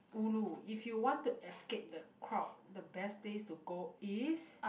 ulu if you want to escape the crowd the best place to go is